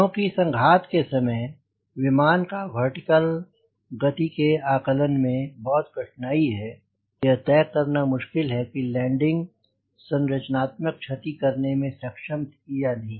क्योंकि संघात के समय विमान की वर्टीकल गति के आकलन में बहुत कठिनाई है यह तय करना मुश्किल है कि लैंडिंग संरचनात्मक क्षति करने में सक्षम थी या नहीं